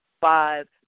five